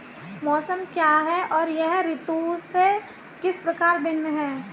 मौसम क्या है यह ऋतु से किस प्रकार भिन्न है?